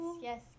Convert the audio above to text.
yes